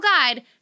Guide